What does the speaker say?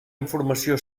informació